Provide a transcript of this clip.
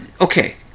okay